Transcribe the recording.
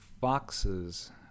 foxes